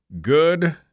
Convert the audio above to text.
good